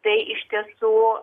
tai iš tiesų